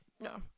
No